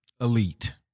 Elite